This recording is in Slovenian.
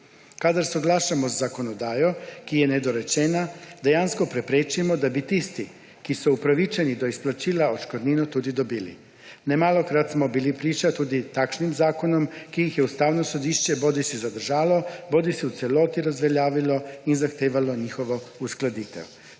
Kadar soglašamo z zakonodajo, ki je nedorečena, dejansko preprečimo, da bi tisti, ki so upravičeni do izplačila, odškodnino tudi dobili. Nemalokrat smo bili priča tudi takšnim zakonom, ki jih je Ustavno sodišče bodisi zadržalo bodisi v celoti razveljavilo in zahtevalo njihovo uskladitev.